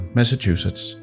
Massachusetts